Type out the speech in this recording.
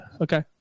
okay